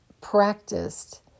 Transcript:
practiced